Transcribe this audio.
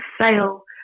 sale